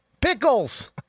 pickles